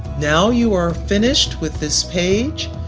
now you are finished with this page,